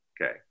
Okay